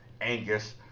Angus